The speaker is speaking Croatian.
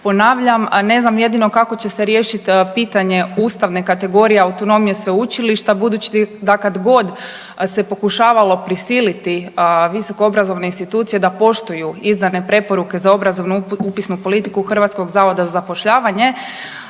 Ponavljam, ne znam jedino kako će se riješit pitanje ustavne kategorije autonomije sveučilišta budući da kad god se pokušavalo prisiliti visokoobrazovne institucije da poštuju izdane preporuke za obrazovnu upisnu politiku HZZ-a sva sveučilišta